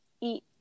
eat